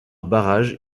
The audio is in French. barrage